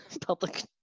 public